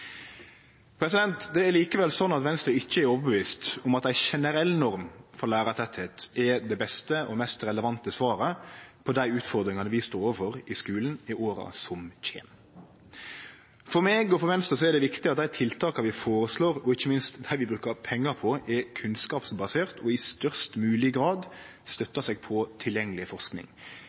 Det er likevel sånn at Venstre ikkje er overtydd om at ei generell norm for lærartettleik er det beste og mest relevante svaret på dei utfordringane vi står overfor i skulen i åra som kjem. For meg og for Venstre er det viktig at dei tiltaka vi føreslår, og ikkje minst dei vi brukar pengar på, er kunnskapsbaserte og i størst mogleg grad støttar seg på tilgjengeleg forsking.